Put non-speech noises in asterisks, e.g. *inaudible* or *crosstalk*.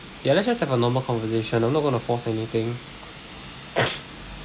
ya let's just have a normal conversation I'm not gonna force anything *noise*